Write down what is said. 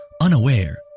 unaware